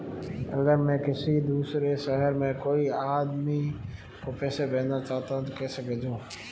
अगर मैं किसी दूसरे शहर में कोई आदमी को पैसे भेजना चाहूँ तो कैसे भेजूँ?